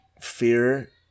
fear